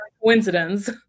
coincidence